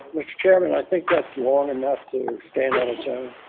mr. chairman, i think that's long enough to stand on its